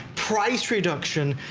price reduction,